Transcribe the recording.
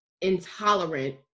intolerant